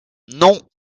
non